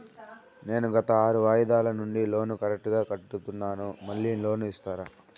నేను గత ఆరు వాయిదాల నుండి లోను కరెక్టుగా కడ్తున్నాను, మళ్ళీ లోను ఇస్తారా?